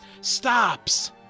stops